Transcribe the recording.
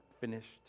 finished